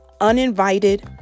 uninvited